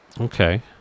okay